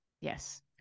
yes